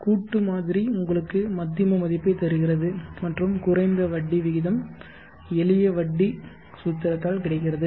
கூட்டு மாதிரி உங்களுக்கு மத்திம மதிப்பை தருகிறது மற்றும் குறைந்த வட்டி விகிதம் எளிய வட்டி சூத்திரத்தால் கிடைக்கிறது